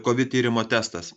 kovid tyrimo testas